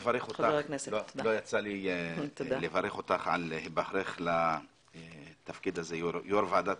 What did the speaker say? אני מברך אותך על היבחרך לתפקיד יושבת-ראש ועדת